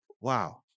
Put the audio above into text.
wow